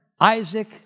Isaac